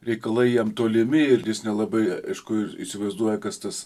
reikalai jam tolimi ir jis nelabai aišku ir įsivaizduoja kas tas